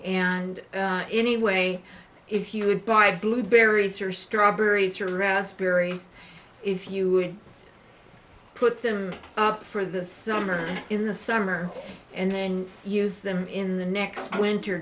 and anyway if you would buy blueberries or strawberries harassed berries if you would put them up for the summer in the summer and then use them in the next winter